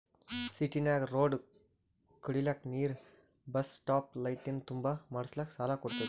ಸಿಟಿನಾಗ್ ರೋಡ್ ಕುಡಿಲಕ್ ನೀರ್ ಬಸ್ ಸ್ಟಾಪ್ ಲೈಟಿಂದ ಖಂಬಾ ಮಾಡುಸ್ಲಕ್ ಸಾಲ ಕೊಡ್ತುದ